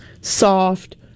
soft